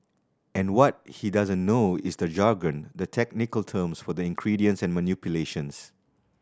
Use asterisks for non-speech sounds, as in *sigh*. and what he doesn't know is the jargon the technical terms for the *unintelligible* and manipulations